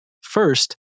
First